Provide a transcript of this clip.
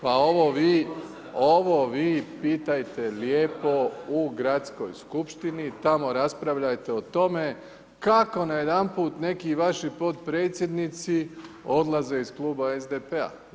Pa ovo vi pitajte lijepo u Gradskoj skupštini, tamo raspravljajte o tome kako najedanput neki vaši potpredsjednici odlaze iz kluba SDP-a.